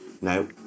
No